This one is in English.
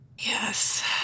Yes